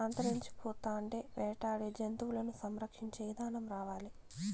అంతరించిపోతాండే వేటాడే జంతువులను సంరక్షించే ఇదానం రావాలి